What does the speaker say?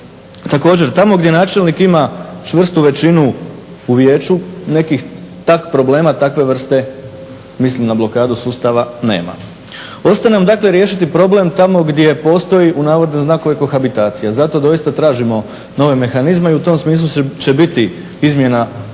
Također, tamo gdje načelnik ima čvrstu većinu u vijeću nekih problema takve vrste, mislim na blokadu sustava nema. Ostaje nam dakle riješiti problem tamo gdje postoji u navodne znakove kohabitacija. Za to doista tražimo nove mehanizme i u tom smislu će biti izmjena ne